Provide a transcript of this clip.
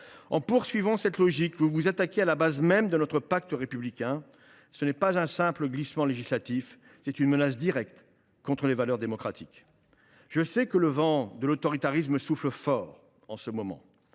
En poursuivant dans cette logique, vous vous attaquez à la base même de notre pacte républicain. Ce n’est pas un simple glissement législatif : c’est une menace directe contre les valeurs démocratiques. Je sais que le vent de l’autoritarisme souffle fort en ce moment,